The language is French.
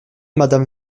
madame